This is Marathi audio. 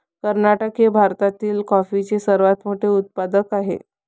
कर्नाटक हे भारतातील कॉफीचे सर्वात मोठे उत्पादक आहे